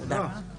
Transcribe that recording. הישיבה ננעלה בשעה